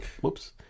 whoops